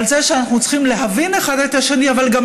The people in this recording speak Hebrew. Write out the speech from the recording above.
על זה שאנחנו צריכים להבין אחד את השני אבל גם